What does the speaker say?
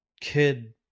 kid